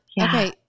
Okay